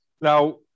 Now